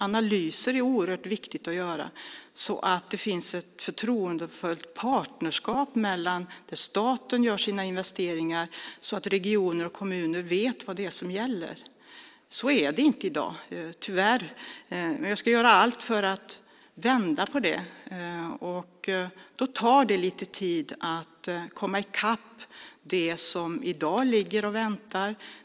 Det är oerhört viktigt att göra analyser så att det finns ett förtroendefullt partnerskap när staten gör sina investeringar, så att regioner och kommuner vet vad det är som gäller. Så är det tyvärr inte i dag. Men jag ska göra allt för att ändra på det. Då tar det lite tid att komma i kapp det som i dag ligger och väntar.